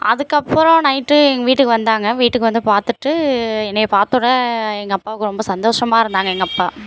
அதுக்கப்புறம் நைட்டு எங்கள் வீட்டுக்கு வந்தாங்க வீட்டுக்கு வந்து பார்த்துட்டு என்னை பாத்தோன எங்கள் அப்பாவுக்கு ரொம்ப சந்தோஷமா இருந்தாங்க எங்கள் அப்பா